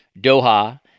Doha